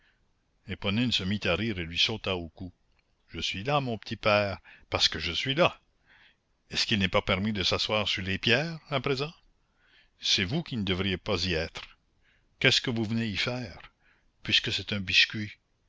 se mit à rire et lui sauta au cou je suis là mon petit père parce que je suis là est-ce qu'il n'est pas permis de s'asseoir sur les pierres à présent c'est vous qui ne devriez pas y être qu'est-ce que vous venez y faire puisque c'est un biscuit